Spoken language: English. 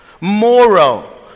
moral